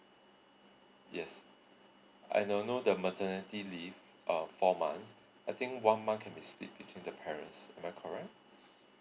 yes I know know the maternity leave are four months I think one month can be split between the parents am I correct